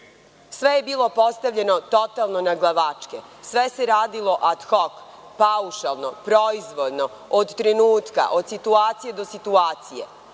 je bilo postavljeno totalno naglavačke. Sve se radilo ad hok, paušalno, proizvoljno, od trenutka, od situacije do situacije.